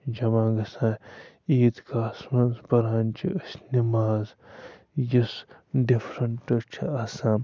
جمع گژھان عیٖد گاہَس منٛز پَران چھِ أسۍ نٮ۪ماز یُس ڈِفرَنٹ چھِ آسان